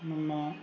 ನಮ್ಮ